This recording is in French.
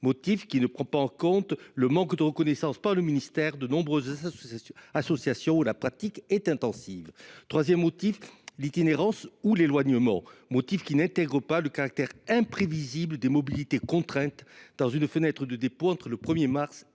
motif qui ne tient pas compte du manque de reconnaissance par le ministère de nombreuses associations où la pratique est intensive ; l’itinérance ou l’éloignement, motif qui n’intègre pas le caractère imprévisible des mobilités, contraintes dans une fenêtre de dépôt entre le 1 mars et le 31 mai.